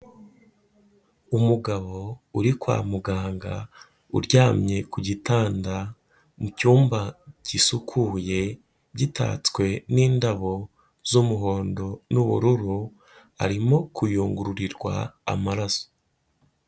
Umugabo uri kwa muganga, uryamye ku gitanda, mu cyumba gisukuye, gitatswe n'indabo z'umuhondo n'ubururu, arimo kuyungururirwa amaraso.